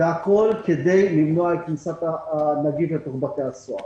והכול כדי למנוע את כניסת הנגיף לבתי הסוהר.